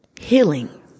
healing